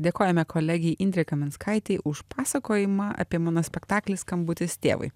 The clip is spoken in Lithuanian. dėkojame kolegei indrei kaminskaitei už pasakojimą apie monospektaklį skambutis tėvui